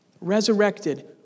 Resurrected